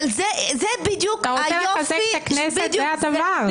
אתה רוצה לחזק את הכנסת, זה הדבר.